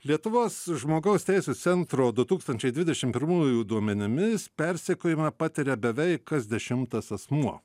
lietuvos žmogaus teisių centro du tūkstančiai dvidešim pirmųjų duomenimis persekiojimą patiria beveik kas dešimtas asmuo